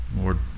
Lord